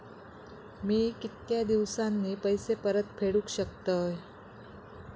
मी कीतक्या दिवसांनी पैसे परत फेडुक शकतय?